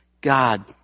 God